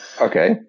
Okay